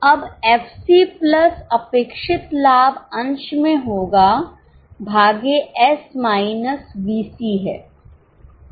अब FC plus अपेक्षित लाभ अंश में होगा भागे S माइनस वीसी है